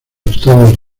estados